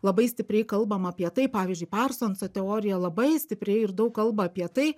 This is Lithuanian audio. labai stipriai kalbam apie tai pavyzdžiui parsonso teorija labai stipriai ir daug kalba apie tai